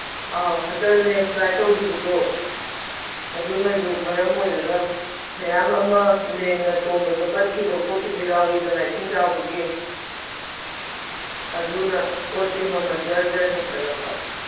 ꯑꯧ ꯍꯟꯗꯛ ꯂꯦꯟꯏꯁꯂꯥꯏꯠ ꯇꯧꯒꯤꯕꯗꯣ ꯑꯗꯨꯅꯁꯨ ꯃꯔꯝ ꯑꯣꯏꯔꯒ ꯃꯌꯥꯝ ꯑꯃ ꯂꯦꯟꯅ ꯊꯣꯝꯕꯗ ꯄꯠꯈꯤꯕ ꯈꯣꯠꯈꯤꯕ ꯌꯥꯎꯋꯤꯗꯅ ꯏꯁꯤꯡ ꯆꯥꯎꯕꯒꯤ ꯑꯗꯨꯅ ꯄꯣꯠꯁꯦ ꯃꯃꯟ ꯖꯔ ꯖꯔ ꯍꯦꯟꯀꯠꯂꯛꯄ